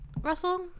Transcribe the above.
russell